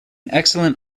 excellent